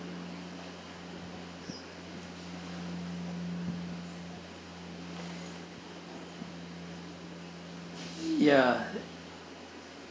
ya